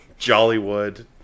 jollywood